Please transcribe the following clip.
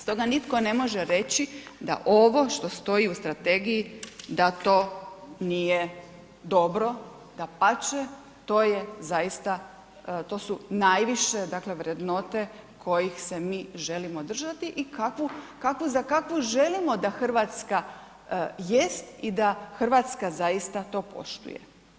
Stoga nitko ne može reći da ovo što stoji u Strategiji da to nije dobro, dapače, to je zaista, to su najviše dakle vrednote kojih se mi želimo držati i kakvu, za kakvu želimo da Hrvatska jest i da Hrvatska zaista to poštuje.